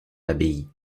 l’abbaye